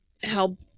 help